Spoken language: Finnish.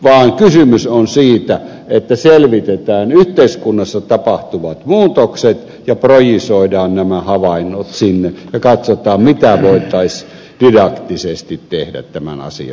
vaan kysymys on siitä että selvitetään yhteiskunnassa tapahtuvat muutokset ja projisoidaan nämä havainnot sinne ja katsotaan mitä voitaisiin didaktisesti tehdä tämän asian hyväksi